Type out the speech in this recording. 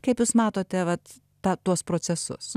kaip jūs matote vat tą tuos procesus